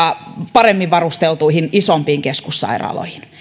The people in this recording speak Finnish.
paremmin varusteltuihin isompiin keskussairaaloihin